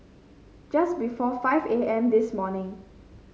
just before five A M this morning